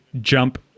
jump